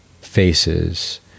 faces